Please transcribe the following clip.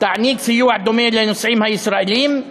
תיתן סיוע דומה לנוסעים הישראלים.